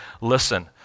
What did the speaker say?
Listen